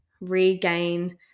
regain